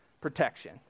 protection